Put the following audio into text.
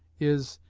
is,